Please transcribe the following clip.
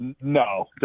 No